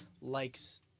likes